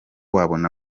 wabona